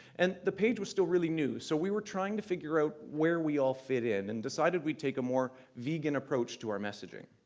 and the page was still really new, so we were trying to figure out where we all fit in and decided we take a more vegan approach to our messaging.